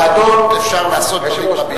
בוועדות אפשר לעשות דברים רבים.